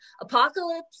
Apocalypse